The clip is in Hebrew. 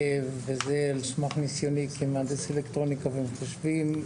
וזה על סמך ניסיוני כמהנדס אלקטרוניקה ומחשבים,